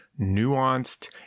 nuanced